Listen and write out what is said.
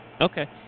Okay